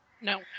No